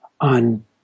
on